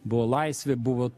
buvo laisvė buvo